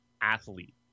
athlete